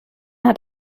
hat